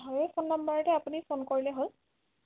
হয় এই ফোন নম্বৰতে আপুনি ফোন কৰিলে হ'ল